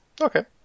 Okay